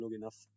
enough